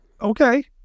Okay